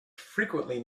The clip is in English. frequently